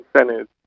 incentives